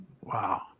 Wow